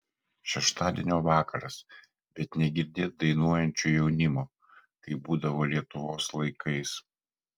šeštadienio vakaras bet negirdėt dainuojančio jaunimo kaip būdavo lietuvos laikais